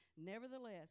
Nevertheless